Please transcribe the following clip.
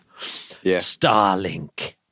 Starlink